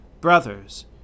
Brothers